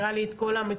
הראה לי את כל המקומות.